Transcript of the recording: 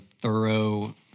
thorough